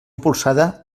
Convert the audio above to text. impulsada